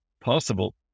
possible